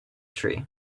tree